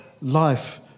life